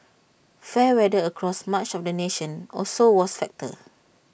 fair weather across much of the nation also was factor